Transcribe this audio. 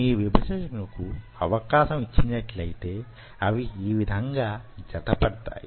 మీరు విభజన కి అవకాశం యిచ్చినట్లయిటే అవి యీ విధంగా జత పడతాయి